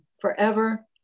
forever